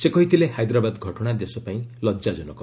ସେ କହିଥିଲେ ହାଇଦ୍ରାବାଦ ଘଟଣା ଦେଶ ପାଇଁ ଲଜାଜନକ